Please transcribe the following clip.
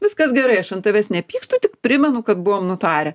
viskas gerai aš ant tavęs nepykstu tik primenu kad buvom nutarę